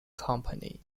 company